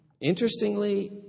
interestingly